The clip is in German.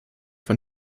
von